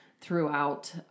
throughout